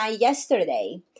yesterday